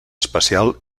especial